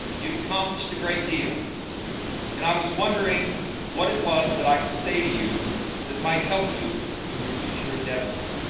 you've accomplished a great deal and i was wondering what it was that i could say to you that might help you in your future endeavors.